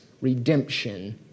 redemption